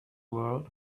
world